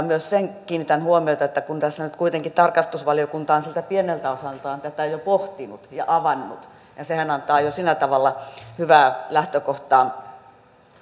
myös siihen kiinnitän huomiota että tässä kuitenkin tarkastusvaliokunta on siltä pieneltä osaltaan tätä jo pohtinut ja avannut ja sehän antaa jo sillä tavalla hyvää lähtökohtaa